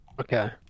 Okay